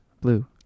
blue